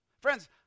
Friends